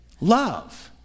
love